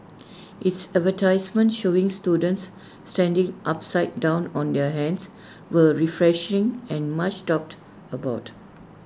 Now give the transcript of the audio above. its advertisements showing students standing upside down on their hands were refreshing and much talked about